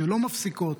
שלא נפסקות